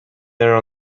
there